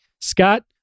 Scott